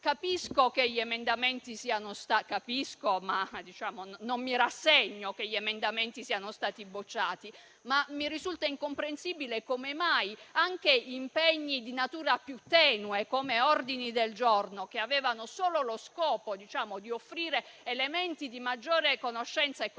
fatto che gli emendamenti siano stati bocciati, ma mi risulta incomprensibile come mai anche impegni di natura più tenue, come ordini del giorno che avevano solo lo scopo di offrire elementi di maggiore conoscenza e consapevolezza,